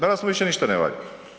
Danas mu više ništa ne valja.